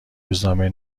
روزنامه